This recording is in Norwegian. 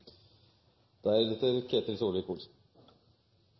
Det er bra. Det er